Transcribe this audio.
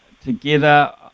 together